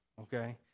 okay